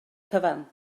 cyfan